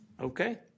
Okay